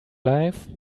life